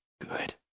good